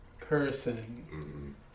person